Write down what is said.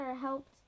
helped